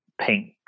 pink